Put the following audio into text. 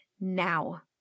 now